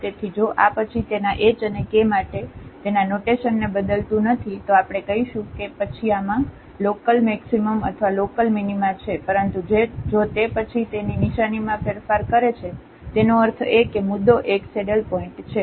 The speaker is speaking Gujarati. તેથી જો આ પછી તેના h અને k માટે તેના નોટેશનને બદલતું નથી તો આપણે કહીશું કે પછી આમાં લોકલમ મેક્સિમમ અથવા લોકલમિનિમા છે પરંતુ જો તે પછી તેના નિશાનીમાં ફેરફાર કરે છે તેનો અર્થ એ કે મુદ્દો એક સેડલપોઇન્ટ છે